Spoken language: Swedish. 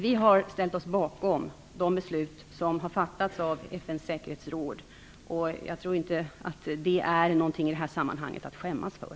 Vi har ställt oss bakom de beslut som har fattats av FN:s säkerhetsråd. Jag tror inte att det är någonting att skämmas för i detta sammanhang.